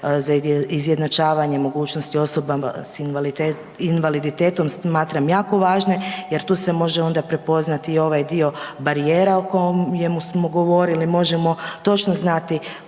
za izjednačavanje mogućnosti osobama s invaliditetom smatram jako važne jer tu se može onda prepoznati i ovaj dio barijera o kojemu smo govorili, možemo točno znati